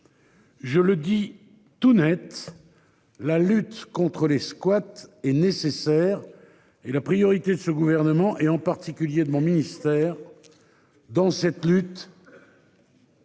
Je le dis tout Net. La lutte contre les squats et nécessaire et la priorité de ce gouvernement et en particulier de mon ministère. Dans cette lutte.